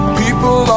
people